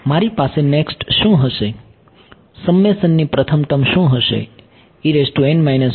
મારી પાસે નેક્સ્ટ શું હશે સમ્મેશનની પ્રથમ ટર્મ શું હશે